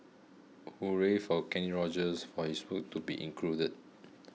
hooray for Kenny Rogers for his hoot to be included